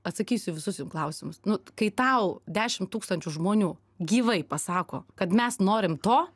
atsakysiu į visus jum klausimus nu kai tau dešim tūkstančių žmonių gyvai pasako kad mes norim to